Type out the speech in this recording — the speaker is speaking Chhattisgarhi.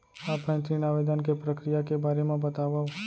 ऑफलाइन ऋण आवेदन के प्रक्रिया के बारे म बतावव?